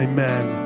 Amen